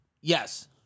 Yes